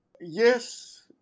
Yes